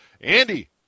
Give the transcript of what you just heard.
Andy